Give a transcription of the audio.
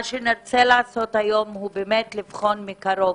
מה שנרצה לעשות היום לבחון מקרוב,